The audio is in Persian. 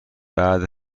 بعد